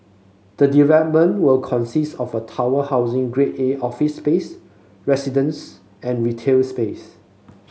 the development will consist of a tower housing Grade A office space residence and retail space